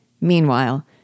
Meanwhile